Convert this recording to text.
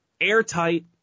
airtight